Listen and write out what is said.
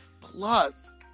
plus